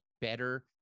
better